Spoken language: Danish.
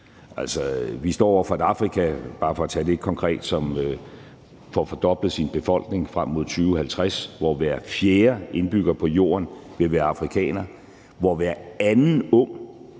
Vi står over for, at Afrika – bare for at tage det konkret – får fordoblet sin befolkning frem mod 2050, hvor hver fjerde indbygger på Jorden vil være afrikaner, hvor hver anden ung